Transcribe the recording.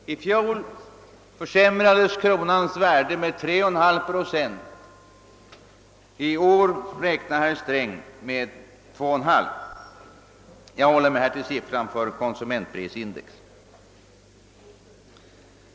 I fjol försämrades kronans värde med 3,9 procent och i år räknar herr Sträng med 2,5 procents försämring. De siffror jag angivit avser konsumentprisindex.